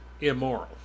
immoral